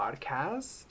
podcast